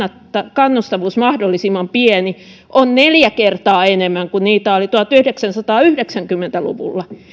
kannustavuus on mahdollisimman pieni on neljä kertaa enemmän kuin niitä oli tuhatyhdeksänsataayhdeksänkymmentä luvulla